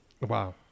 Wow